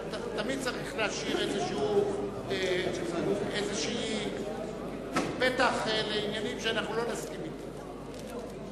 אבל תמיד צריך להשאיר פתח לעניינים שאנחנו לא מסכימים בהם.